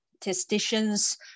statisticians